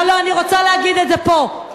לא לא, אני רוצה להגיד את זה פה, תכתוב.